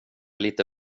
lite